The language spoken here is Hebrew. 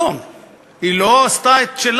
מפה רבים מאתנו ילכו להשתתף באזכרה.